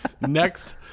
Next